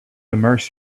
immerse